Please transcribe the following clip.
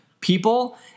people